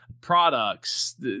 products